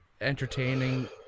Entertaining